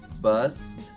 bust